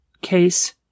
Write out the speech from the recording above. case